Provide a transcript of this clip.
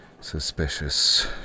suspicious